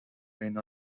بین